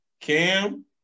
Cam